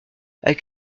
avec